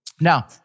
Now